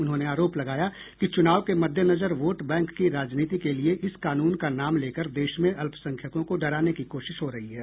उन्होंने आरोप लगाया कि चुनाव के मद्देनजर वोट बैंक की राजनीति के लिये इस कानून का नाम लेकर देश में अल्पसंख्यकों को डराने की कोशिश हो रही है